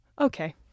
Okay